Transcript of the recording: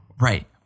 Right